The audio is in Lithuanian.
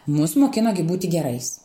mus mokino gi būti gerais